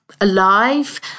alive